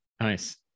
Nice